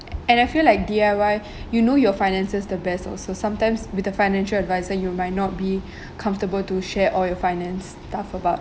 and I feel like D_I_Y you know your finances the best also sometimes with a financial adviser you might not be comfortable to share all your finance stuff about